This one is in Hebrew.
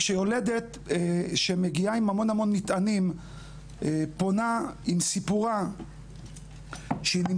כשיולדת שמגיעה עם המון מטענים פונה עם הסיפור שלה --- כבודו,